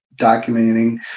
documenting